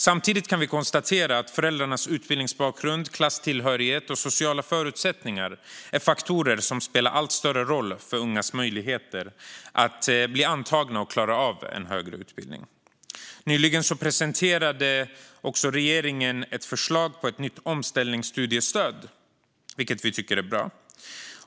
Samtidigt kan vi konstatera att föräldrars utbildningsbakgrund, klasstillhörighet och sociala förutsättningar är faktorer som spelar allt större roll för ungas möjligheter att bli antagna och klara av en högre utbildning. Nyligen presenterade regeringen ett förslag på ett nytt omställningsstudiestöd. Vi tycker att det är bra.